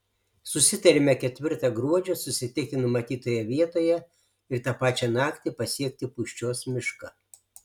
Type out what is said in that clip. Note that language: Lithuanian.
susitariame ketvirtą gruodžio susitikti numatytoje vietoje ir tą pačią naktį pasiekti pūščios mišką